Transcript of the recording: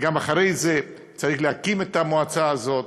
ואחרי זה גם צריך להקים את המועצה הזאת.